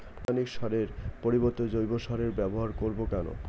রাসায়নিক সারের পরিবর্তে জৈব সারের ব্যবহার করব কেন?